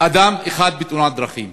אדם אחד בתאונת דרכים,